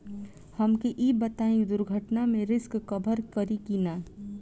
हमके ई बताईं दुर्घटना में रिस्क कभर करी कि ना?